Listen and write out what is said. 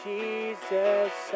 Jesus